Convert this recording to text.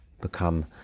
become